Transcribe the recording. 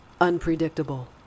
unpredictable